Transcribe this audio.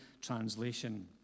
translation